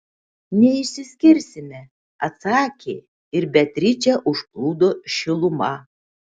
neišsiskirsime atsakė ir beatričę užplūdo šiluma